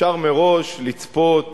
אפשר מראש לצפות